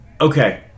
Okay